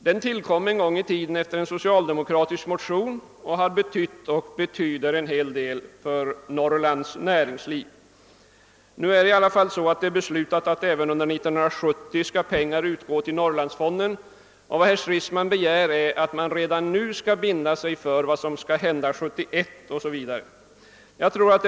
Den tillkom en gång i tiden efter en socialdemokratisk motion och har betytt och betyder en hel del för Norrlands näringsliv. Nu har det i alla fall beslutats att även under 1970 skall pengar utgå till Norrlandsfonden, och vad herr Stridsman begär är att man redan nu skall bestämma sig för vad som skall hända 1971 o.s.v.